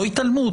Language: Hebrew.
לא התעלמות,